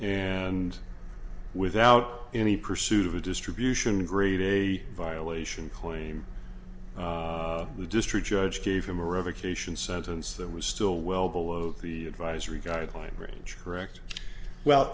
and without any pursuit of a distribution great a violation claim the district judge gave him a revocation sentence that was still well below the advisory guideline range correct well